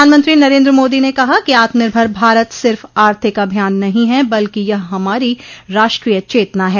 प्रधानमंत्री नरेन्द्र मोदी ने कहा कि आत्मनिर्भर भारत सिर्फ आर्थिक अभियान नहीं है बल्कि यह हमारी राष्ट्रीय चेतना है